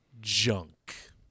junk